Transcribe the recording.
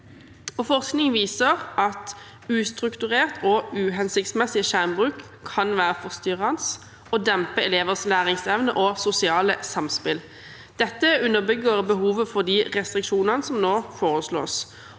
Forskning viser at ustrukturert og uhensiktsmessig skjermbruk kan være forstyrrende og dempe elevers læringsevne og sosiale samspill. Dette underbygger behovet for de restriksjonene som nå foreslås,